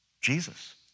Jesus